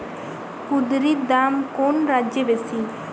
কুঁদরীর দাম কোন রাজ্যে বেশি?